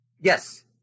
Yes